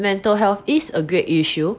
mental health is a great issue